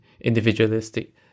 Individualistic